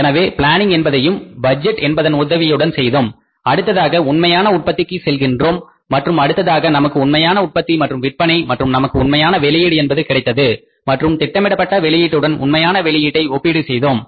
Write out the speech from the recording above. எனவே பிளானிங் என்பதையும் பட்ஜெட் என்பதன் உதவியுடன் செய்தோம் அடுத்ததாக உண்மையான உற்பத்திக்கு சென்றோம் மற்றும் அடுத்தபடியாக நமக்கு உண்மையான உற்பத்தி மற்றும் விற்பனை மற்றும் நமக்கு உண்மையான வெளியீடு என்பது கிடைத்தது மற்றும் திட்டமிடப்பட்ட வெளியீட்டுடன் உண்மையான வெளியீட்டை ஒப்பீடு செய்தோம்